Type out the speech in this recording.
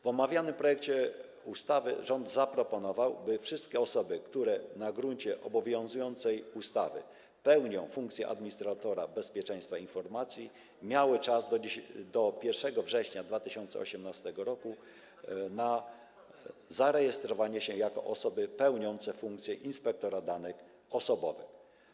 W omawianym projekcie ustawy rząd zaproponował, by wszystkie osoby, które na gruncie obowiązującej ustawy pełnią funkcję administratora bezpieczeństwa informacji, miały czas do 1 września 2018 r. na zarejestrowanie się jako osoby pełniące funkcję inspektora danych osobowych.